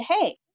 hey